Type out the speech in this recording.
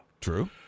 True